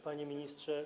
Panie Ministrze!